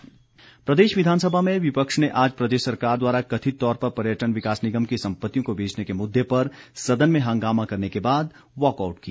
walkout प्रदेश विधानसभा में विपक्ष ने आज प्रदेश सरकार द्वारा कथित तौर पर पर्यटन विकास निगम की संपत्तियों को बेचने के मुद्दे पर सदन में हंगामा करने के बाद वाकआउट किया